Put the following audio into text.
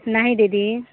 नहीं दीदी